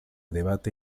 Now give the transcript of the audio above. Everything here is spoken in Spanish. debate